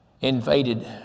invaded